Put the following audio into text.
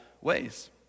ways